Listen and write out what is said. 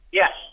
yes